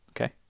Okay